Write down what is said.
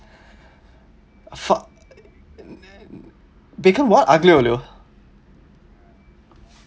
fuck bacon what aglio olio